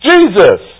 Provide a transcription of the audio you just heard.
Jesus